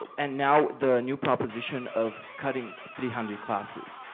and now the new proposition of cutting three hundred classes.